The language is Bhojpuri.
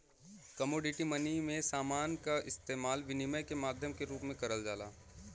कमोडिटी मनी में समान क इस्तेमाल विनिमय के माध्यम के रूप में करल जाला